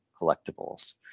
collectibles